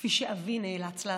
כפי שאבי נאלץ לעשות.